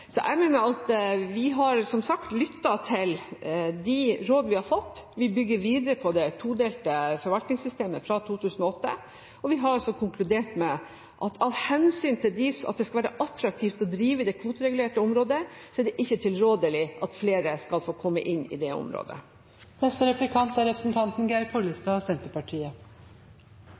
så mange som fisker i det kvoteregulerte området at kvotene er blitt små per fisker. Vi har som sagt lyttet til de råd vi har fått. Vi bygger videre på det todelte forvaltningssystemet fra 2008, og vi har konkludert med at av hensyn til at det skal være attraktivt å drive i det kvoteregulerte området, er det ikke tilrådelig at flere skal få komme inn i det området.